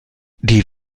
die